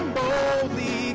boldly